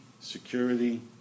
security